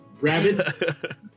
Rabbit